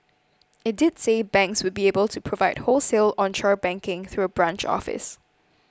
it did say banks would be able to provide wholesale onshore banking through a branch office